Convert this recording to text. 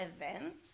events